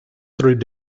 through